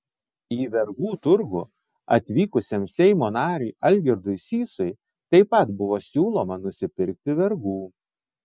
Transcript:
į vergų turgų atvykusiam seimo nariui algirdui sysui taip pat buvo siūloma nusipirkti vergų